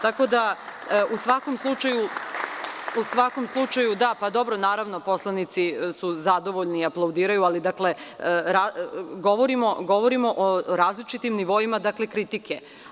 Tako da, u svakom slučaju… dobro, da poslanici su zadovoljni, aplaudiraju ali, dakle, govorimo o različitim nivoima, dakle, kritike.